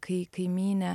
kai kaimynė